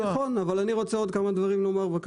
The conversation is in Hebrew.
נכון, אבל אני רוצה לומר עוד כמה דברים בבקשה.